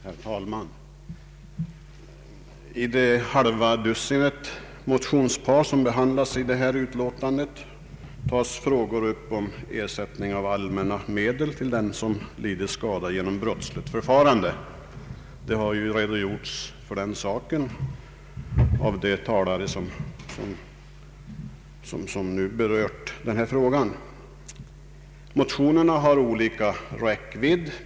Herr talman! I det halva dussin motionspar som behandlas i detta utlåtande tas frågor upp om ersättning av allmänna medel till dem som lider skada genom brottsligt förfarande. De tidigare talarna har redogjort för denna sak. Motionerna har olika räckvidd.